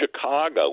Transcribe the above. Chicago